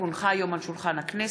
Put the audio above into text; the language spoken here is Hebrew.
כי הונחה היום על שולחן הכנסת,